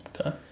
Okay